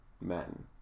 men